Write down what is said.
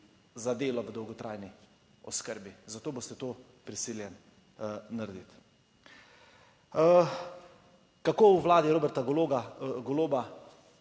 za delo v dolgotrajni oskrbi, zato boste to prisiljeni narediti. Kako v vladi Roberta Goloba,